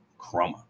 Chroma